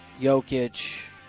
Jokic